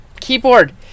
keyboard